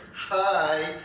hi